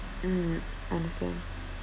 mm understand